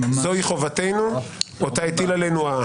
זו היא חובתנו, אותה הטיל עלינו העם.